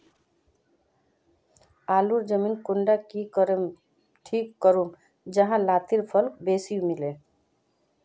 आलूर जमीन कुंडा की करे ठीक करूम जाहा लात्तिर फल बेसी मिले?